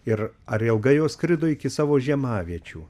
ir ar ilgai jos skrido iki savo žiemaviečių